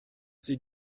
sie